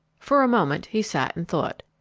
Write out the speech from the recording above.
for a moment he sat and thought.